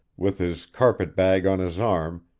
with his carpetbag on his arm,